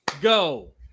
go